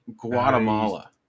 Guatemala